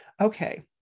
Okay